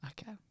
Okay